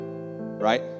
right